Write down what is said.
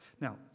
Now